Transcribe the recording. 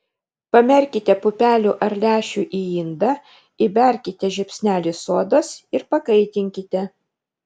pamerkite pupelių ar lęšių į indą įberkite žiupsnelį sodos ir pakaitinkite